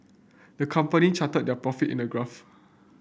the company charted their profit in a graph